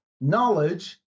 knowledge